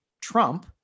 Trump